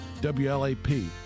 WLAP